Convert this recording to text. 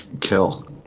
kill